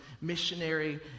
missionary